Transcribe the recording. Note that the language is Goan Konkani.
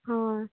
हय